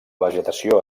vegetació